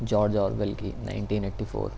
George Orwell کی nineteen eighty four